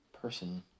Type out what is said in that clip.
person